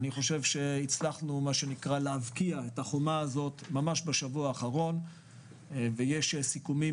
אני חושב שהצלחנו להבקיע את החומה הזו ממש בשבוע האחרון ויש סיכומים